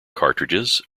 cartridges